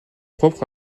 propre